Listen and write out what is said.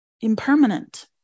impermanent